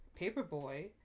Paperboy